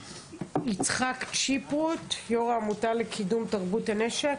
יצחק צ'יפרוט, יו"ר העמותה לקידום תרבות הנשק.